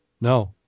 No